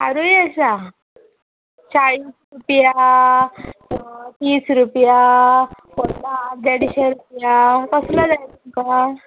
हारूय आसा चाळीस रूपया तीस रूपया व्हडलो हार देडशे रुपया कसलो जाय तुका